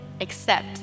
accept